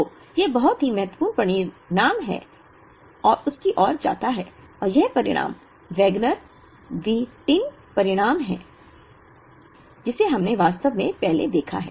तो यह एक बहुत ही महत्वपूर्ण परिणाम की ओर जाता है और यह परिणाम वैगनर व्हिटिन परिणाम है जिसे हमने वास्तव में पहले देखा है